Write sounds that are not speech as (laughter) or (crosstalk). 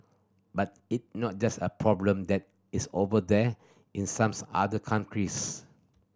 but it not just a problem that is 'over there' in some (unintelligible) other countries